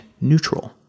neutral